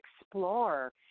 explore